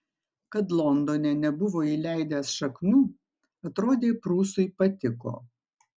kad londone nebuvo įleidęs šaknų atrodė prūsui patiko